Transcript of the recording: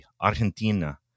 Argentina